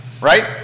Right